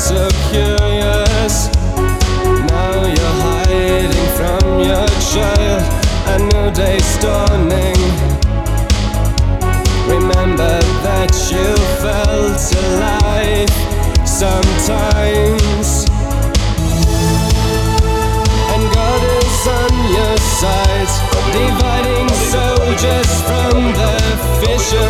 So curious. Now you're hiding from your trial. A new day's dawning. Remember that you felt alive sometimes. And God is on your side, dividing soldiers from the fishes.